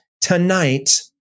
tonight